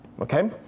Okay